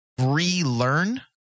relearn